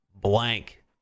blank